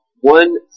one